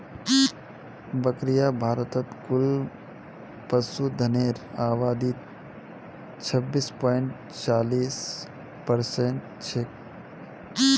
बकरियां भारतत कुल पशुधनेर आबादीत छब्बीस पॉइंट चालीस परसेंट छेक